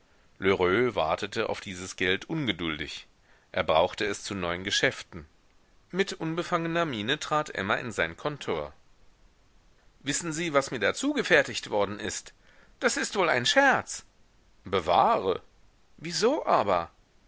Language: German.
wartete auf dieses geld ungeduldig er brauchte es zu neuen geschäften mit unbefangener miene trat emma in sein kontor wissen sie was mir da zugefertigt worden ist das ist wohl ein scherz bewahre wieso aber